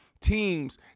teams